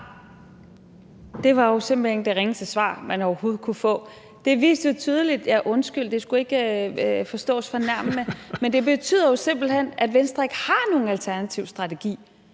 Det var jo simpelt hen det ringeste svar, man overhovedet kunne få. Ja, undskyld, det skulle ikke forstås fornærmende. Men det betyder simpelt hen, at Venstre ikke har nogen alternativ strategi,